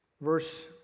verse